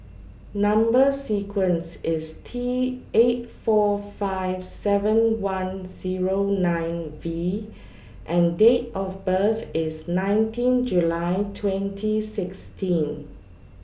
Number sequence IS T eight four five seven one Zero nine V and Date of birth IS nineteen July twenty sixteen